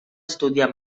estudiar